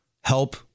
help